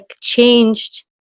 changed